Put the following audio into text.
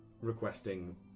requesting